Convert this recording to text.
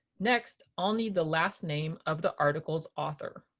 next i'll need the last name of the article's author.